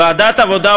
לוועדת העבודה,